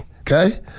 okay